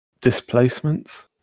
displacements